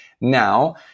Now